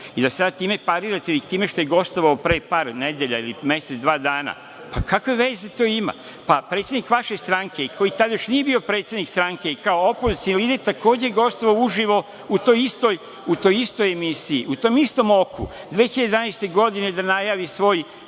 i da sada time parirate ili time što je gostovao pre par nedelja ili mesec-dva dana, kakve to veze ima? Predsednik vaše stranke, koji tad još nije bio predsednik stranke i kao opozicioni lider takođe je gostovao uživo u toj istoj misiji, u tom istom „Oku“ 2011. godine da najavi svoj